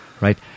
Right